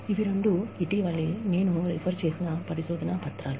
ఇవి రెండు ఇటీవలి నేను రిఫర్ చేసిన పరిశోధనా పత్రాలు